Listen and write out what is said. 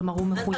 כלומר, הוא מחויב.